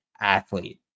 athlete